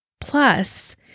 Plus